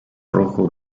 rojo